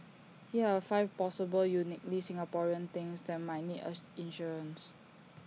here are five possible uniquely Singaporean things that might need insurance